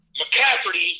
McCafferty